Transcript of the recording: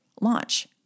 launch